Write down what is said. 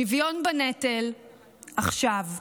שוויון בנטל עכשיו.